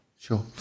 Sure